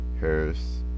Harris